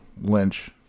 Lynch